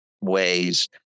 ways